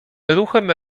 ruchem